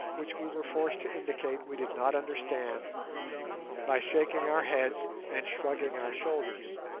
which we were forced to indicate we did not understand by shaking our heads and shrugging our shoulders.